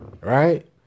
Right